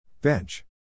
Bench